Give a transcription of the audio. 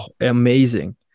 Amazing